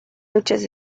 luchas